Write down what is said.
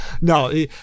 No